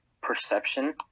perception